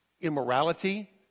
immorality